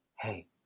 Hey